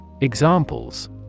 Examples